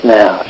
now